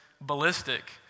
ballistic